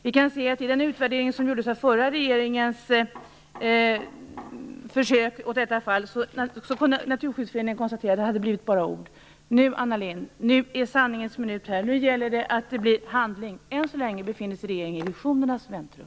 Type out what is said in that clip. I fråga om den utvärdering som gjordes av förra regeringen kunde Naturskyddsföreningen konstatera att det bara blev ord. Nu, Anna Lindh, är sanningens minut kommen. Nu gäller det att det blir handling, men än så länge befinner sig regeringen i illussionernas väntrum.